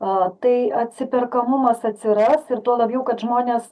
a tai atsiperkamumas atsiras ir tuo labiau kad žmonės